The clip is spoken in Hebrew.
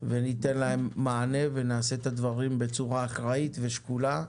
וניתן להם מענה ונעשה את הדברים בצורה אחראית ושקולה.